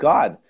God